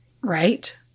Right